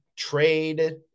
Trade